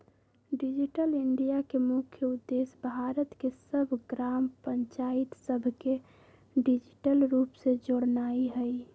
digital India के मुख्य उद्देश्य भारत के सभ ग्राम पञ्चाइत सभके डिजिटल रूप से जोड़नाइ हइ